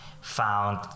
found